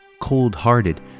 cold-hearted